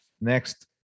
Next